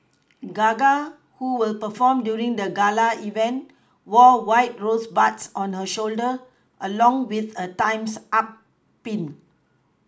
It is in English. Gaga who will perform during the gala event wore white rosebuds on her shoulder along with a Time's up Pin